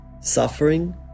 suffering